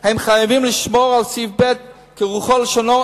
חייבים לשמור על סעיף ב' כרוחו וכלשונו,